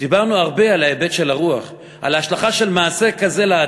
דיברנו הרבה על ההיבט של הרוח,